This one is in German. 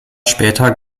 später